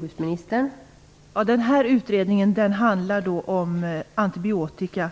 Fru talman! Den här utredningen handlar enbart om antibiotika.